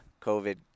covid